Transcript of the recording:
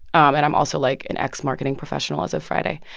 um and i'm also, like, an ex-marketing professional as of friday.